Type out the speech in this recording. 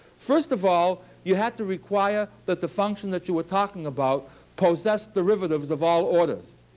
first of all, you had to require that the function that you were talking about possessed derivatives of all orders.